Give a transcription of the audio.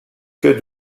que